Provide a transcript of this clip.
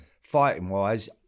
Fighting-wise